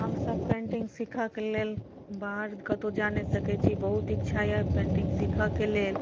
हम सभ पेन्टिंग सिखऽके लेल बाहर कतौ जा नहि सकै छी बहुत इच्छा अछि पेन्टिंग सिखऽके लेल